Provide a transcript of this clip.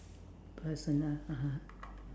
personal (uh huh)